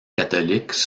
catholique